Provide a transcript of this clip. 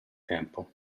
tempo